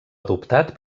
adoptat